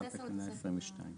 מתנגדים לה?